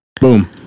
Boom